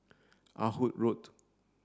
Ah Hood Road